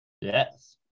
Yes